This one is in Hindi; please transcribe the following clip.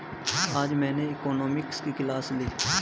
मैंने आज इकोनॉमिक्स की क्लास ली